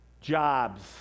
jobs